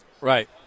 Right